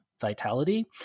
vitality